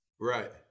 Right